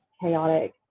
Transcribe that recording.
chaotic